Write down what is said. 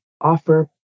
offer